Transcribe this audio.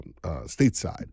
stateside